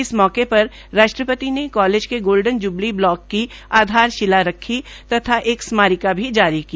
इस मौके पर राष्ट्रपति ने कालेज के गोल्डन ज्बली ब्लॉक की आधारशिला रखी और एक स्मारिका भी जारी की